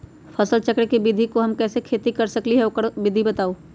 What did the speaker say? फसल चक्र के विधि से हम कैसे खेती कर सकलि ह हमरा ओकर विधि बताउ?